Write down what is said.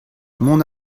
mont